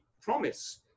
promise